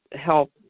help